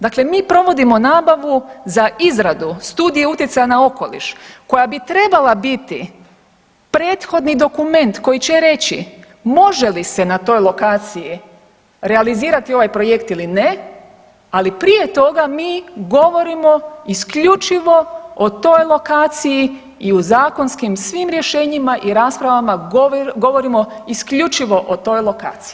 Dakle, mi provodimo nabavu za izradu studije utjecaja na okoliš koja bi trebala biti prethodni dokument koji će reći može li se na toj lokaciji realizirati ovaj projekt ili ne, ali prije toga mi govorimo isključivo o toj lokaciji i u zakonskim svim rješenjima i raspravama govorimo isključivo o toj lokaciji.